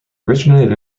originated